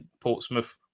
Portsmouth